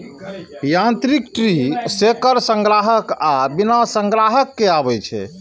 यांत्रिक tree shaker संग्राहक आ बिना संग्राहक के आबै छै